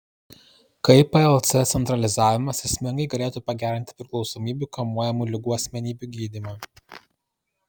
kaip plc centralizavimas esmingai galėtų pagerinti priklausomybių kamuojamų ligų asmenų gydymą